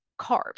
carbs